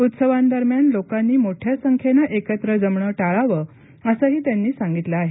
उत्सवांदरम्यान लोकांनी मोठ्या संख्येन एकत्र जमणं टाळावं असंही त्यांनी सांगितलं आहे